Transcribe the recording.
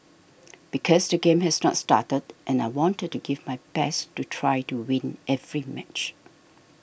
because the game has not started and I wanted to give my best to try to win every match